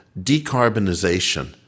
decarbonization